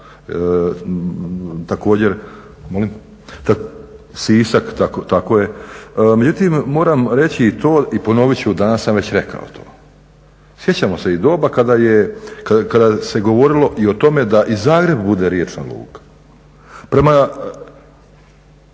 također… Molim? Sisak, tako je. Međutim, moram reći to i ponovit ću, danas sam već rekao to, sjećamo se i doba kada se govorilo i o tome da i Zagreb bude riječna luka. Prema